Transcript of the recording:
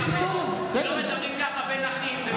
לא מדברים ככה בין אחים.